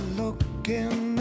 looking